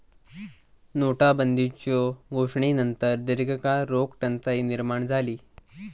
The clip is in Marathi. नोटाबंदीच्यो घोषणेनंतर दीर्घकाळ रोख टंचाई निर्माण झाली